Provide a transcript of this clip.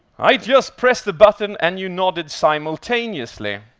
i just pressed the button, and you nodded simultaneously.